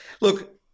look